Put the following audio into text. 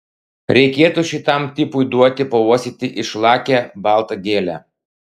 reikėtų šitam tipui duoti pauostyti išlakią baltą gėlę